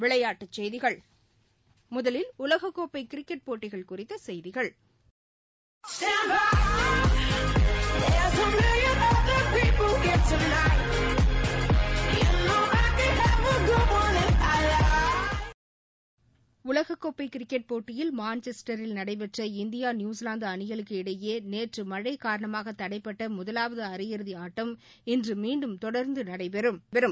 விளையாட்டுச் செய்திகள் முதலில் உலகக்கோப்பைகிரிக்கெட் போட்டிகள் குறித்தசெய்திகள் சவுண்ட்பைட் பாட்டு உலகக்கோப்பைகிரிக்கெட் போட்டியில் மான்செஸ்டரில் நடைபெற்றஇந்தியா நியுசிலாந்துஅணிகளுக்கு இடையேநேற்றுமழைகாரணமாகதடைபட்டமுதலாவதுஅரை இன்றுமீண்டும் இறதிஆட்டம் தொடர்ந்துநடைபெறும்